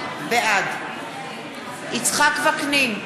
בעד יצחק וקנין,